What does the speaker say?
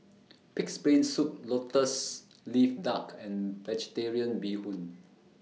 Pig'S Brain Soup Lotus Leaf Duck and Vegetarian Bee Hoon